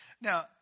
Now